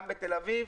גם בתל אביב,